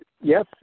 Yes